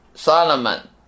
Solomon